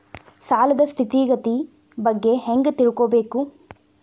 ಸಾಲದ್ ಸ್ಥಿತಿಗತಿ ಬಗ್ಗೆ ಹೆಂಗ್ ತಿಳ್ಕೊಬೇಕು?